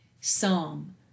Psalm